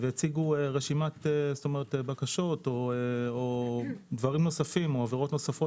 והציגו רשימת בקשות או דברים נוספים או עבירות נוספות